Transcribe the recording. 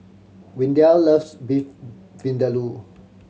Windell loves Beef Vindaloo